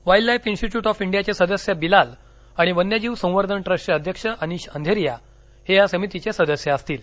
wild life institute of इंडियाचे सदस्य बिलाल आणि वन्यजीव संवर्धन ट्रस्टचे अध्यक्ष अनिष अंधेरीया हे या समितीचे सदस्य असतील